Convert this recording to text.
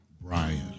Brian